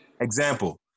Example